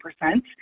percent